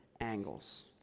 angles